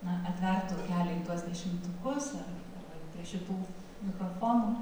na atvertų kelią į tuos dešimtukus ar arba prie šitų mikrofonų